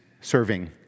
serving